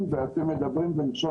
אני רוצה לפתוח בכמה דברים.